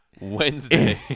Wednesday